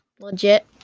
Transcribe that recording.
Legit